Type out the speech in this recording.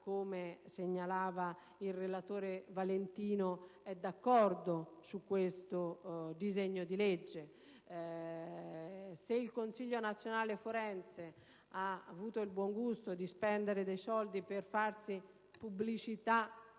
come segnalava il relatore Valentino, è d'accordo sul disegno di legge in esame. Anche se il Consiglio nazionale forense ha avuto il buon gusto di spendere dei soldi per fare pubblicità